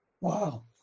Wow